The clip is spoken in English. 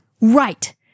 Right